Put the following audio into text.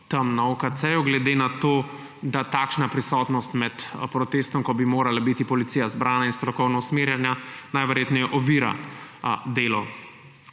na OKC, glede na to, da takšna prisotnost med protestom, ko bi morala biti policija zbrana in strokovno usmerjana, najverjetneje ovira delo